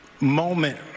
moment